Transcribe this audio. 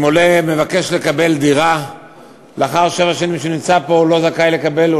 אם עולה מבקש לקבל דירה לאחר שבע שנים שהוא נמצא פה הוא לא זכאי לקבל,